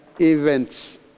events